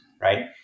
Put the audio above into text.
Right